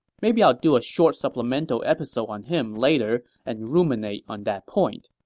maybe i'll do a short supplemental episode on him later and ruminate on that point.